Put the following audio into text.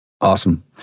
Awesome